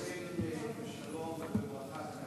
אדוני היושב-ראש,